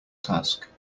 task